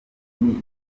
minini